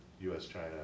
US-China